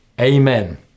Amen